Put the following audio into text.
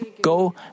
go